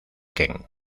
kent